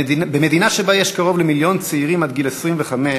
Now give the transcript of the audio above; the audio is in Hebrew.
במדינה שבה יש קרוב למיליון צעירים עד גיל 25,